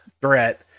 threat